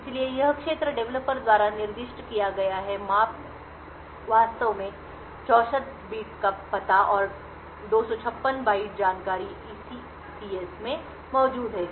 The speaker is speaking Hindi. इसलिए यह क्षेत्र डेवलपर द्वारा निर्दिष्ट किया गया है माप में वास्तव में 64 बिट पता और 256 बाइट जानकारी एसईसीएस में मौजूद है